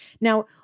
Now